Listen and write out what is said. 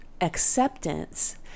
acceptance